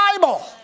Bible